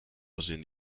bazin